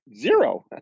zero